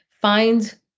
find